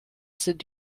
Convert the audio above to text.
sind